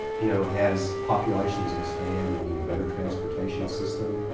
you know, as populations expand we need a better transportation system.